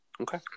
Okay